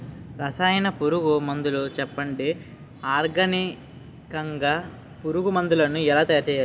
రసాయన పురుగు మందులు చెప్పండి? ఆర్గనికంగ పురుగు మందులను ఎలా తయారు చేయాలి?